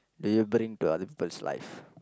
do you bring to other people's life